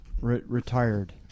Retired